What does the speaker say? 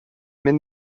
mais